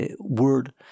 word